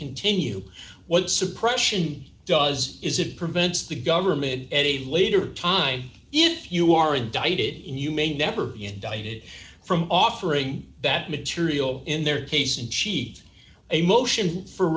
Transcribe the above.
continue what suppression does is it prevents the government at a later time if you are indicted you may never be indicted from offering that material in their case and cheat a motion for